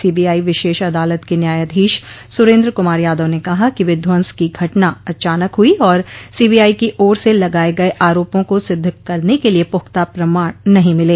CBI विशेष अदालत के न्यायाधीश सुरेन्द्र कुमार यादव ने कहा कि विध्वंस की घटना अचानक हुई और सीबीआई की ओर से लगाए गए आरापों को सिद्ध करने के लिए पुख्ता प्रमाण नहीं मिले